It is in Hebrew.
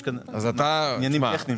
יש כאן עניינים טכניים.